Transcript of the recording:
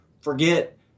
forget